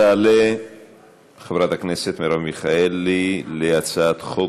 תעלה חברת הכנסת מיכאלי להציג את הצעת החוק